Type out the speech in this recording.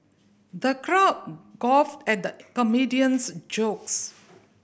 the crowd guffawed at the comedian's jokes